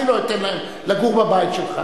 אני לא אתן להם לגור בבית שלך,